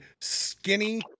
skinny